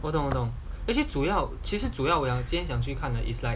我懂我懂主要其实主要我要我今天想去看的 is like